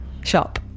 Shop